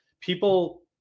People